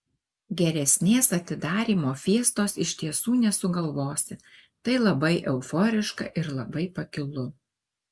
geresnės atidarymo fiestos iš tiesų nesugalvosi tai labai euforiška ir labai pakilu